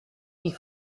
die